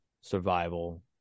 survival